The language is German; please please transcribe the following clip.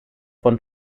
von